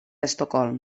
estocolm